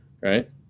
right